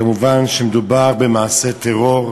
כמובן שמדובר במעשה טרור,